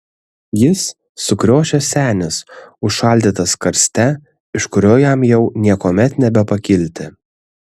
jis sukriošęs senis užšaldytas karste iš kurio jam jau niekuomet nebepakilti